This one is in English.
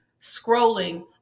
scrolling